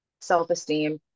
self-esteem